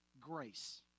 grace